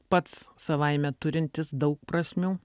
pats savaime turintis daug prasmių